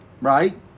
right